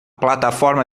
plataforma